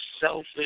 selfish